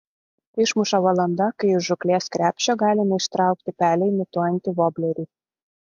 išmuša valanda kai iš žūklės krepšio galime ištraukti pelę imituojantį voblerį